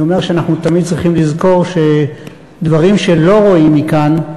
אני אומר שאנחנו תמיד צריכים לזכור שדברים שלא רואים מכאן,